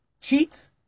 cheats